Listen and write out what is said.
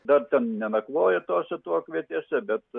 dar ten nenakvoja tose tuokvietėse bet